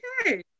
okay